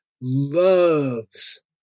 Loves